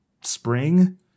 spring